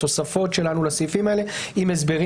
התוספות שלנו לסעיפים האלה עם הסברים,